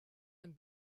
ein